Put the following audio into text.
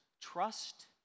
trust